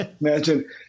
imagine